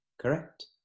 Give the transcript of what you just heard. correct